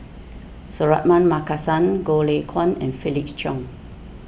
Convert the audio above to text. Suratman Markasan Goh Lay Kuan and Felix Cheong